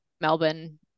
Melbourne